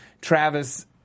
Travis